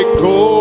go